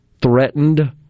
Threatened